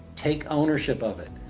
take ownership of it.